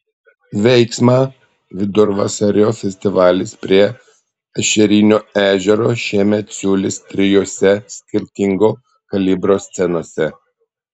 veiksmą vidurvasario festivalis prie ešerinio ežero šiemet siūlys trijose skirtingo kalibro scenose